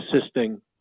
assisting